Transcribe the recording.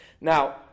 Now